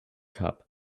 cup